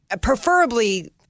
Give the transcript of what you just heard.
preferably